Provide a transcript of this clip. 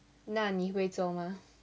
那你会做吗